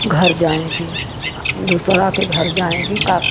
घर जाएंगी दूसरा के घर जाएंगी का